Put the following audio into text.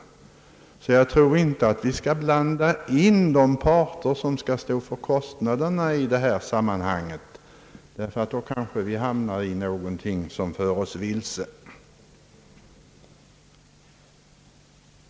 Därför tror jag inte att vi i detta sammanhang skall blanda in de parter som får stå för kostnaderna — annars hamnar vi kanske i någonting som för oss vilse.